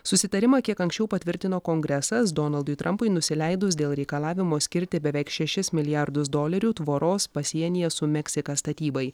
susitarimą kiek anksčiau patvirtino kongresas donaldui trampui nusileidus dėl reikalavimo skirti beveik šešis milijardus dolerių tvoros pasienyje su meksika statybai